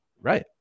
Right